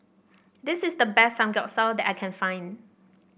this is the best Samgyeopsal that I can find